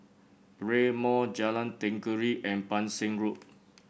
Rail Mall Jalan Tenggiri and Pang Seng Road